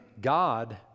God